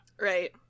Right